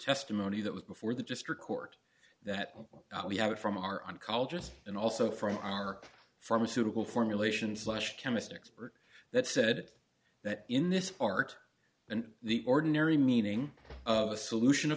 testimony that was before the district court that will be out from our on call just and also from our pharmaceutical formulation slash chemist expert that said that in this art and the ordinary meaning of a solution of